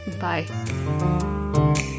Bye